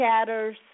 chatters